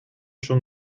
schon